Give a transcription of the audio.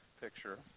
picture